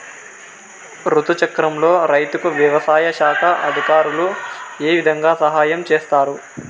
రుతు చక్రంలో రైతుకు వ్యవసాయ శాఖ అధికారులు ఏ విధంగా సహాయం చేస్తారు?